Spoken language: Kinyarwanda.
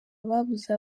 ababuze